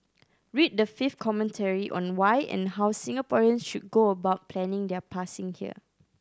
read the fifth commentary on why and how Singaporeans should go about planning their passing here